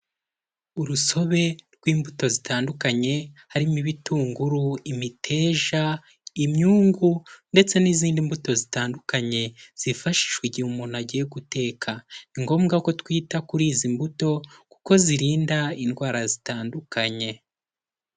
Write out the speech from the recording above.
Urusobe rw'imbuto zitandukanye, harimo ibitunguru, imiteja, imyungu ndetse n'izindi mbuto zitandukanye zifashishwa igihe umuntu agiye guteka. Ni ngombwa ko twita kuri izi mbuto kuko zirinda indwara zitandukanye.